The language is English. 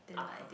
(uh huh)